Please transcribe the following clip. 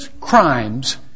crimes